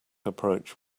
approach